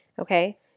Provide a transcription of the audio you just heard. Okay